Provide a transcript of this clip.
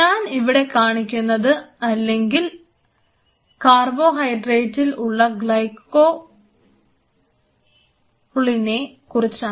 ഞാൻ ഇവിടെ കാണിക്കുന്നത് അല്ലെങ്കിൽ കാർബോഹൈഡ്രേറ്റിൽ ഉള്ള ഗ്ലൈക്കോളിനെ കുറിച്ചാണ്